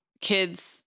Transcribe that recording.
kids